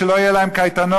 שלא יהיו להם קייטנות,